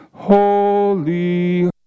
holy